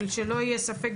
אבל שלא יהיה ספק,